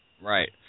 Right